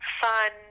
fun